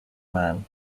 man